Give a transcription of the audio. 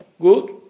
Good